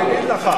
אני אגיד לך,